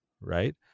right